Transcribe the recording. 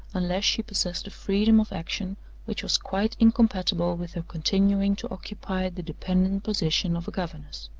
unless she possessed a freedom of action which was quite incompatible with her continuing to occupy the dependent position of a governess.